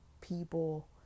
people